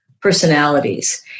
personalities